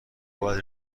باید